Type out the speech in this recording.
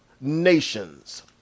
nations